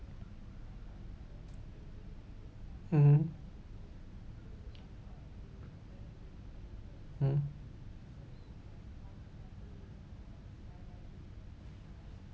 mmhmm mm